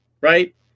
Right